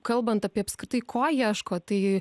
kalbant apie apskritai ko ieško tai